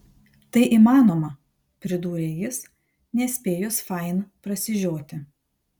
tai įmanoma pridūrė jis nespėjus fain prasižioti